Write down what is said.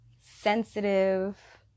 sensitive